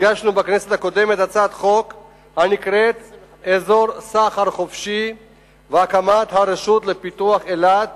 הגשנו בכנסת הקודמת הצעת חוק אזור סחר חופשי והקמת הרשות לפיתוח אילת,